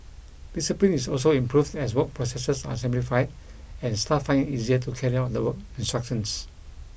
discipline is also improved as work processes are simplified and staff find it easier to carry out the work instructions